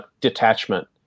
detachment